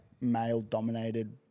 male-dominated